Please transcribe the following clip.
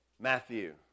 Matthew